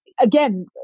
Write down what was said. again